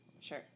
Sure